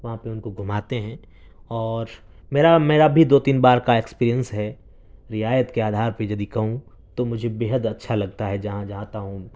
وہاں پہ ان کو گھماتے ہیں اور میرا میرا بھی دو تین بار کا ایکسپیرینس ہے رعایت کے آدھار پہ یدی کہوں تو مجھے بیحد اچھا لگتا ہے جہاں جاتا ہوں